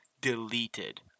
deleted